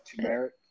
turmeric